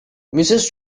mrs